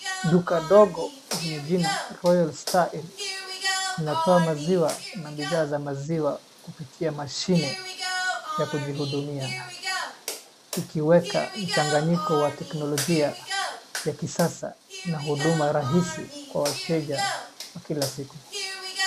Duka ndogo lenye jina Royal Starlinn linatoa maziwa na bidhaa za maziwa lkupitia mashine ya kujihudumia, likiweka mchanganyiko wa teknolojia ya kisasa, na huduma rahisi kwa wateja wa kila siku.